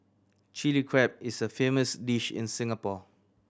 Chilli Crab is a famous dish in Singapore